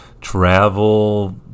travel